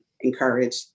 encourage